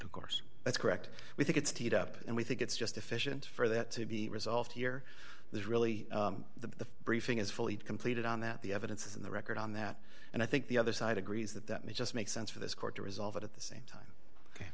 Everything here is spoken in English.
of course that's correct we think it's teed up and we think it's just efficient for that to be resolved here is really the briefing is fully completed on that the evidence is in the record on that and i think the other side agrees that that may just make sense for this court to resolve it at the same time